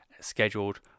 scheduled